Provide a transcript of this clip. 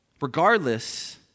Regardless